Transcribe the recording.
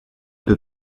peut